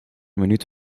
minuut